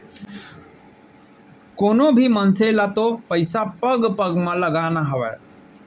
कोनों भी मनसे ल तो पइसा पग पग म लगाना हावय